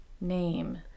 name